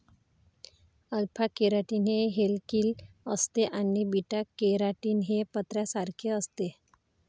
alpha keratin हे helical असते आणि बीटा केराटीन हे पत्र्यासारखे असते